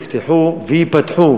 נפתחו, וייפתחו,